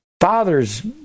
father's